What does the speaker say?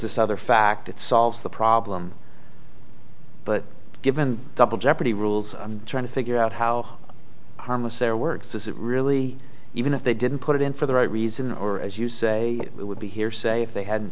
this other fact it solves the problem but given double jeopardy rules trying to figure out how harmless their work this is really even if they didn't put it in for the right reason or as you say it would be hearsay if they had